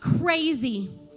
crazy